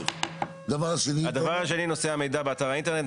הדבר השני הוא נושא המידע באתר האינטרנט,